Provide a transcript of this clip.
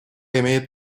имеет